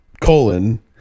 Colon